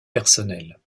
personnelle